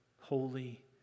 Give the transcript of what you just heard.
holy